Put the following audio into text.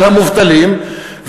על המובטלים,